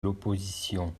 l’opposition